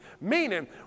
meaning